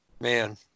man